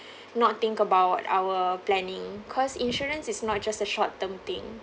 not think about our planning cause insurance is not just a short term thing